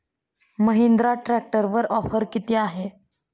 महिंद्रा ट्रॅक्टरवर ऑफर किती आहे?